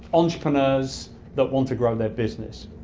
entrepreneurs that want to grow their business.